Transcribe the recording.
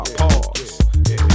pause